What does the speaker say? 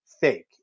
fake